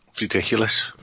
Ridiculous